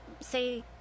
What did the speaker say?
say